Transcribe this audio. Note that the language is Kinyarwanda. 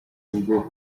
ubwo